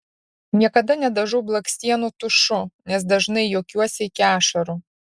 niekada nedažau blakstienų tušu nes dažnai juokiuosi iki ašarų